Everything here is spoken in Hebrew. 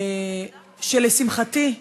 שלשמחתי,